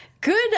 good